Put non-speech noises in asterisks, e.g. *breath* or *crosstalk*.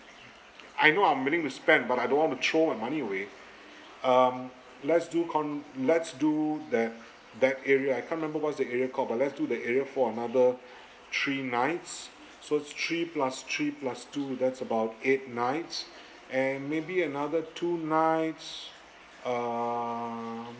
I know I'm willing to spend but I don't want to throw my money away um let's do con~ let's do that that area I can't remember what's the area called but let's to the area for another three nights so three plus three plus two that's about eight nights *breath* and maybe another two nights um